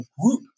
group